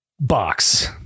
box